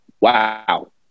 wow